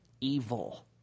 evil